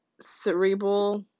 cerebral